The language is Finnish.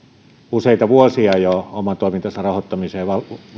useita vuosia oman toimintansa rahoittamisessa